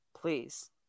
please